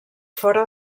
fora